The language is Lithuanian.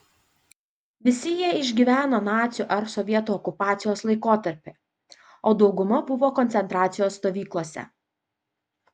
visi jie išgyveno nacių ar sovietų okupacijos laikotarpį o dauguma buvo koncentracijos stovyklose